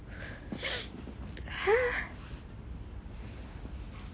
!huh!